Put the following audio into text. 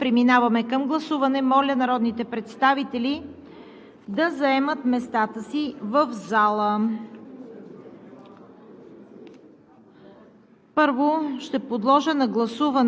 Не виждам. Закривам разискванията. Преминаваме към гласуване. Моля народните представители да заемат местата си в залата.